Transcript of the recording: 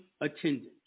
attendance